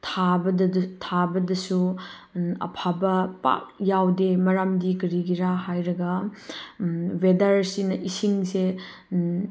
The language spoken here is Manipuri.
ꯊꯥꯕꯗꯁꯨ ꯑꯐꯕ ꯄꯥꯛ ꯌꯥꯎꯗꯦ ꯃꯔꯝꯗꯤ ꯀꯔꯤꯒꯤꯔ ꯍꯥꯏꯔꯒ ꯋꯦꯗꯔꯁꯤꯅ ꯏꯁꯤꯡꯁꯦ